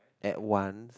at once